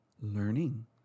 learning